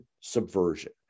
subversion